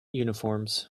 uniforms